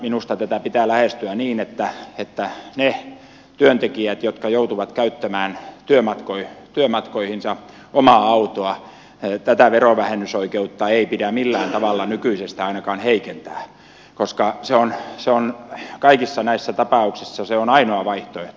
minusta tätä pitää lähestyä niin että niiden työntekijöiden kohdalta jotka joutuvat käyttämään työmatkoihinsa omaa autoa tätä verovähennysoikeutta ei pidä millään tavalla nykyisestä ainakaan heikentää koska se on kaikissa näissä tapauksissa ainoa vaihtoehto